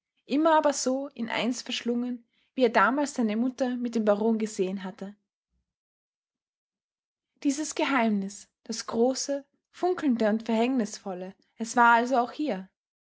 immer aber so in eins verschlungen wie er damals seine mutter mit dem baron gesehen hatte dieses geheimnis das große funkelnde und verhängnisvolle es war also auch hier